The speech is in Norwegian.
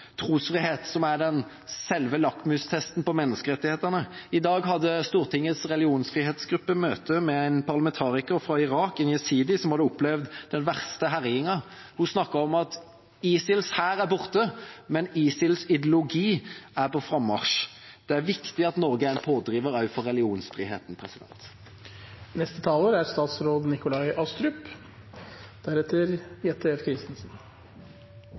trosfrihet, som er selve lakmustesten på menneskerettighetene. I dag hadde Stortingets religionsfrihetsgruppe møte med en parlamentariker fra Irak, en jesidi, som hadde opplevd den verste herjingen. Hun snakket om at ISILs hær er borte, men ISILs ideologi er på frammarsj. Det er viktig at Norge er en pådriver også for